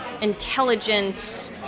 intelligent